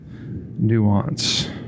nuance